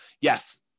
yes